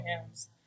hands